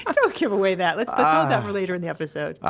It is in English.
don't give away that. let's um later in the episode ah